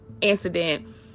incident